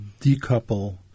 decouple